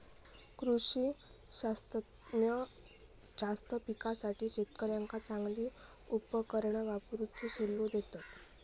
कृषी शास्त्रज्ञ जास्त पिकासाठी शेतकऱ्यांका चांगली उपकरणा वापरुचो सल्लो देतत